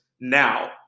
now